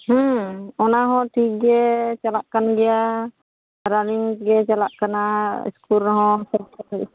ᱦᱮᱸ ᱚᱱᱟ ᱦᱚᱸ ᱴᱷᱤᱠ ᱜᱮ ᱪᱟᱞᱟᱜ ᱠᱟᱱ ᱜᱮᱭᱟ ᱨᱟᱱᱤᱝ ᱜᱮ ᱪᱟᱞᱟᱜ ᱠᱟᱱᱟ ᱤᱥᱠᱩᱞ ᱨᱮᱦᱚᱸ ᱯᱚᱨᱤᱠᱠᱷᱟ